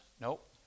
Nope